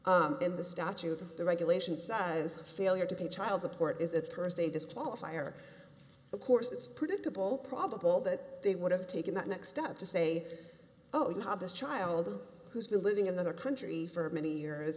in the statute the regulation size failure to pay child support is it per se disqualifier of course it's predictable probable that they would have taken that next step to say oh you have this child who's been living in other countries for many years